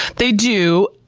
they do.